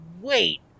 wait